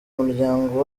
umuryango